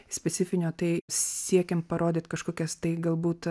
specifinio tai siekiant parodyt kažkokias tai galbūt